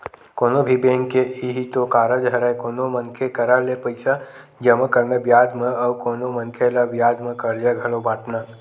कोनो भी बेंक के इहीं तो कारज हरय कोनो मनखे करा ले पइसा जमा करना बियाज म अउ कोनो मनखे ल बियाज म करजा घलो बाटना